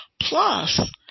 Plus